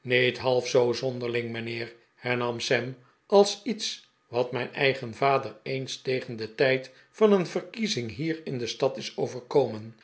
niet half zoo zonderling mijnheer hernam sam als iets wat mijn eigen vader eens tegen den tijd van een verkiezing hier in de stad is overkomen